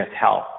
Health